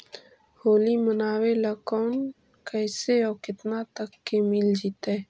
होली मनाबे ल लोन कैसे औ केतना तक के मिल जैतै?